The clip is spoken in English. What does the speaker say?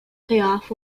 playoff